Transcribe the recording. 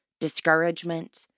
discouragement